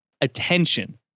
attention